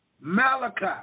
Malachi